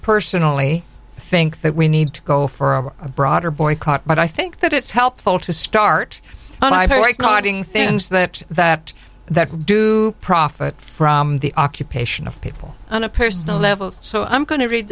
personally think that we need to go for a broader boycott but i think that it's helpful to start guarding things that that that do profit from the occupation of people on a personal level so i'm going to read